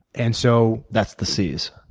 and so that's the seize.